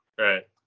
right